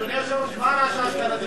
אדוני היושב-ראש, אתה רואה אשכנזים